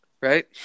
Right